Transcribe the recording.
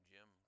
Jim